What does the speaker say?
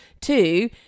Two